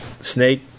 Snake